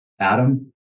Adam